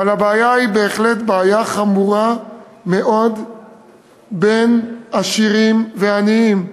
אבל הבעיה היא בהחלט בעיה חמורה מאוד בין עשירים ועניים,